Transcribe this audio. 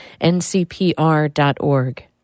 ncpr.org